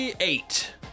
Eight